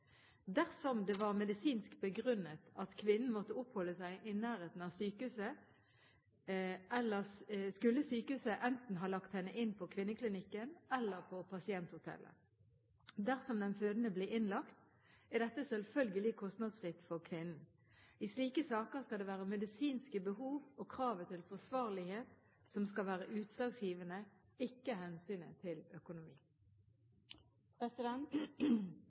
Dersom det var medisinsk begrunnet at kvinnen måtte oppholde seg i nærheten av sykehuset, skulle sykehuset enten ha lagt henne inn på Kvinneklinikken eller på pasienthotellet. Dersom den fødende blir innlagt, er dette selvfølgelig kostnadsfritt for kvinnen. I slike saker skal det være medisinske behov og kravet til forsvarlighet som skal være utslagsgivende, ikke hensynet til økonomi.